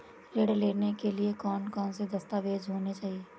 ऋण लेने के लिए कौन कौन से दस्तावेज होने चाहिए?